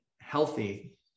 healthy